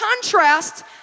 contrast